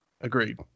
Agreed